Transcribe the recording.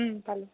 পালোঁ